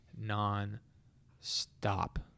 non-stop